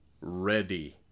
ready